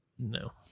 No